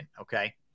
okay